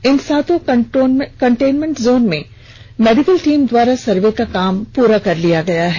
इन सातों micro containment zone में medical team द्वारा सर्वे का काम भी पूरा कर लिया गया है